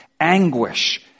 anguish